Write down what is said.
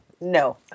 No